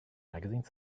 magazine